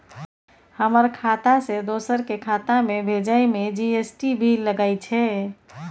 हमर खाता से दोसर के खाता में भेजै में जी.एस.टी भी लगैछे?